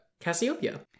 Cassiopeia